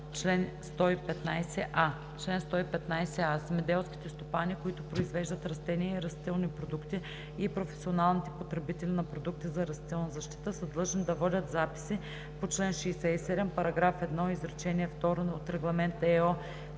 „Чл. 115а. Земеделските стопани, които произвеждат растения и растителни продукти, и професионалните потребители на продукти за растителна защита са длъжни да водят записи по чл. 67, параграф 1, изречение второ от Регламент (ЕО)